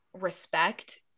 respect